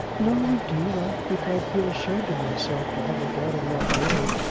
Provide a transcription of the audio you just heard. no, indeed. i think i'd feel ashamed of myself to have a daughter not married,